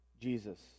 Jesus